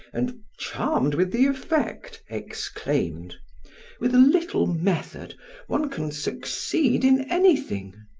and, charmed with the effect, exclaimed with a little method one can succeed in anything.